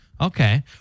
okay